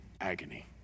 agony